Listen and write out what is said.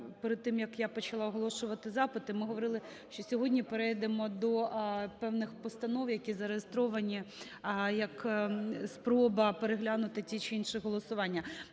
перед тим, як я почала оголошувати запити, ми говорили, що сьогодні перейдемо до певних постанов, які зареєстровані як спроба переглянути ті чи інші голосування.